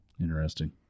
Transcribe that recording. Interesting